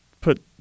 put –